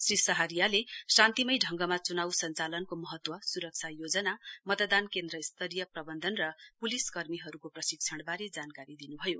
श्री सहारियाले शान्तिमय ढ़गमा च्नाउ संचालनको महत्वा स्रक्षा योजना मतदान केन्द्र स्तरीय प्रवन्धन र प्लिस कर्मीहरूको प्रशिक्षणबारे जानकारी दिन्भयो